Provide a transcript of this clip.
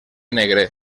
negre